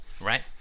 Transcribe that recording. right